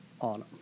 on